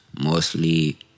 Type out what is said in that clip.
mostly